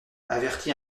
avertit